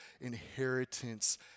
inheritance